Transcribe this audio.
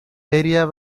area